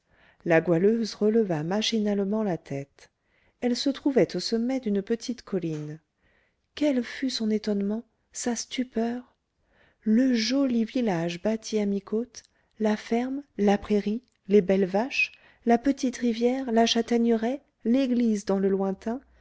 la goualeuse releva machinalement la tête elle se trouvait au sommet d'une petite colline quel fut son étonnement sa stupeur le joli village bâti à mi-côte la ferme la prairie les belles vaches la petite rivière la châtaigneraie l'église dans le lointain